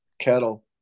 cattle